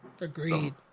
Agreed